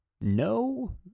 No